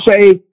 say